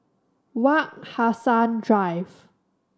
Wak Hassan Drive